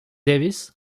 davis